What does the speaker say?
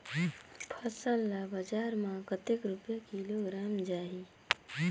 फसल ला बजार मां कतेक रुपिया किलोग्राम जाही?